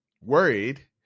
worried